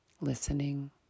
listening